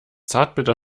zartbitter